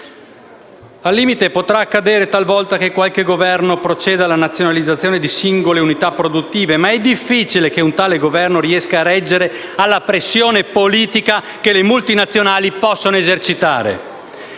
«al limite può accadere talvolta che qualche Governo proceda alla nazionalizzazione di singole unità produttive appartenenti alla multinazionale. Ma è difficile che un tale Governo riesca a reggere alla pressione politica che le multinazionali possono esercitare».